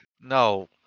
no